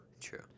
true